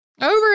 Over